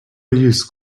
use